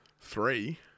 three